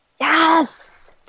Yes